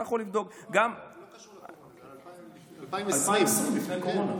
לא קשור לקורונה, זה 2020. 2020, לפני הקורונה.